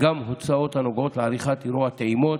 גם הוצאות הנוגעות לעריכת אירוע טעימות,